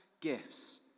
gifts